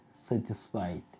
satisfied